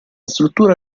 struttura